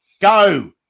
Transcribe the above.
Go